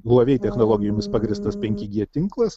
huawei technologijomis pagrįstas penki g tinklas